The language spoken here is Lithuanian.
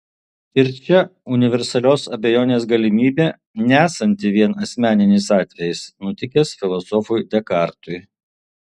ir čia universalios abejonės galimybė nesanti vien asmeninis atvejis nutikęs filosofui dekartui